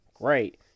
great